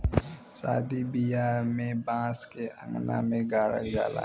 सादी बियाह में बांस के अंगना में गाड़ल जाला